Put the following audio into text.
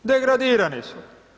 Degradirani su.